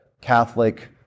Catholic